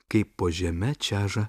kaip po žeme čeža